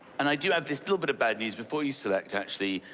and i do have this little bit of bad news, before you select, actually,